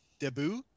debu